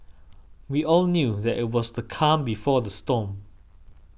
we all knew that it was the calm before the storm